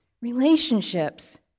Relationships